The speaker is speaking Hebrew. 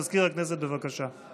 מזכיר הכנסת, בבקשה.